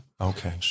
Okay